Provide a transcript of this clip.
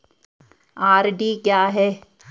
RD क्या है?